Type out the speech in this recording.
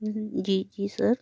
जी जी सर